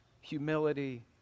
humility